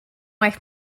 wife